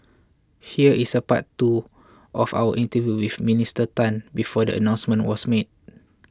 here is a part two of our interview with Minister Tan before the announcement was made